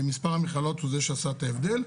מספר המכללות הוא זה שעשה את ההבדל.